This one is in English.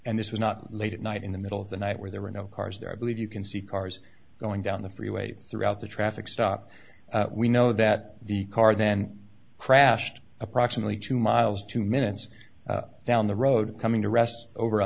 and this was not late at night in the middle of the night where there were no cars there i believe you can see cars going down the freeway throughout the traffic stop we know that the car then crashed approximately two miles two minutes down the road coming to rest over